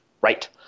Right